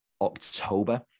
October